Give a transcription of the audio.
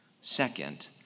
Second